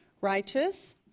righteous